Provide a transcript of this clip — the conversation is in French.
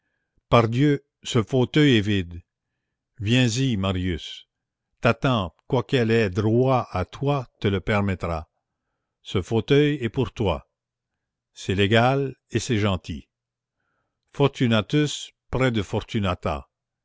pardieu ce fauteuil est vide viens-y marius ta tante quoiqu'elle ait droit à toi te le permettra ce fauteuil est pour toi c'est légal et c'est gentil fortunatus près de fortunata